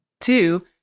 Two